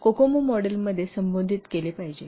तर यास कोकोमो मॉडेलमध्ये संबोधित केले पाहिजे